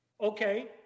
Okay